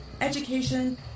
education